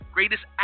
Greatest